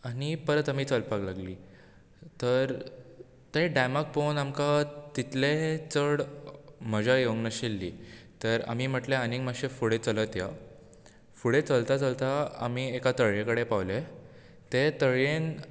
आनी परत आमी चलपाक लागलीं तर तें डेमाक पळोवन आमकां तितलेंय चड मजा येवंक नाशिल्ली तर आमी म्हटलें आनी मात्शे फुडें चलत या फुडें चलता चलता आमी एका तळयेकडेन पावले ते तळयेन